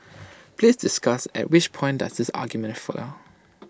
please discuss at which point does this argument fail